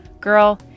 Girl